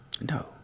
No